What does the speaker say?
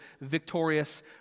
victorious